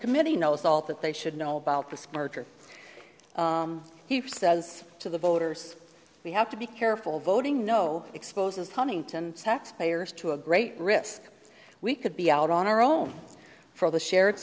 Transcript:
committee knows all that they should know about this merger he says to the voters we have to be careful voting no exposes huntington taxpayers to a great risk we could be out on our own for the shared